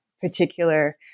particular